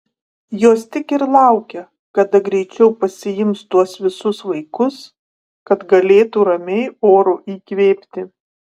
jos tik ir laukia kada greičiau pasiims tuos visus vaikus kad galėtų ramiai oro įkvėpti